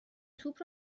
توپ